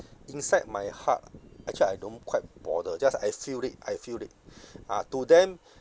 inside my heart actually I don't quite bother just I feel it I feel it ah to them